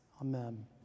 amen